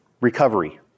recovery